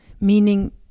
meaning